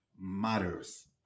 matters